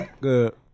Good